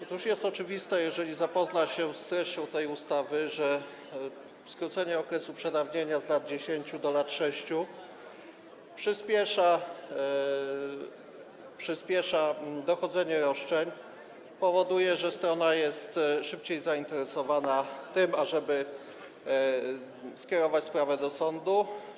Otóż jest oczywiste, jeżeli zapozna się z treścią tej ustawy, że skrócenie okresu przedawnienia z lat 10 do lat 6 przyspiesza dochodzenie roszczeń, powoduje, że strona jest szybciej zainteresowana tym, ażeby skierować sprawę do sądu.